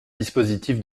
dispositif